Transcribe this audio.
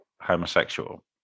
homosexual